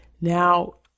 Now